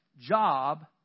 job